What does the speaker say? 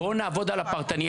בואו נעבוד על הפרטני.